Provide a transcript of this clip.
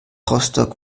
rostock